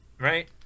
right